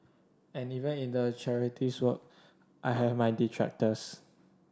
and even in the charities work I have my detractors